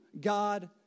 God